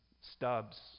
stubs